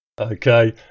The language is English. Okay